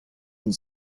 and